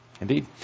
Indeed